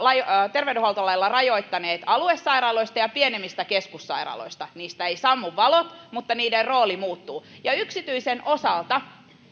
terveydenhuoltolailla rajoittaneet aluesairaaloista ja pienemmistä keskussairaaloista niistä ei sammu valo mutta niiden rooli muuttuu yksityisen osalta